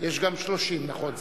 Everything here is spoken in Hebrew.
היושב-ראש.